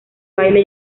baile